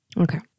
okay